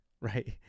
Right